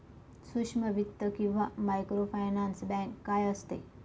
सूक्ष्म वित्त किंवा मायक्रोफायनान्स बँक काय असते?